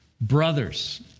brothers